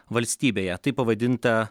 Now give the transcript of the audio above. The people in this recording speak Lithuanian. valstybėje taip pavadinta